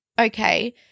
okay